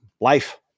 life